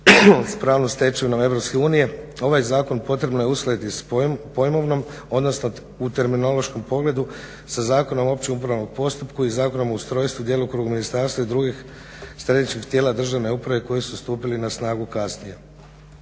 pravnom stečevinom EU ovaj Zakon potrebno je uskladiti s pojmovnom, odnosno u terminološkom pogledu sa Zakonom o općem upravnom postupku i Zakonom o ustrojstvu, djelokrugu ministarstva i drugih središnjih tijela državne uprave koji su stupili na snagu kasnije.